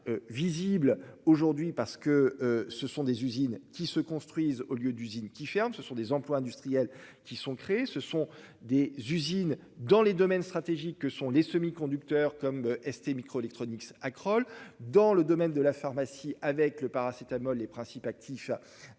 ce sont des usines qui se construisent au lieu d'usine qui ferme, ce sont des emplois industriels qui sont créés, ce sont des usines dans les domaines stratégiques que sont les semi-conducteurs comme STMicroelectronics à Crolles, dans le domaine de la pharmacie avec le paracétamol les principes actifs avec